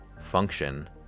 function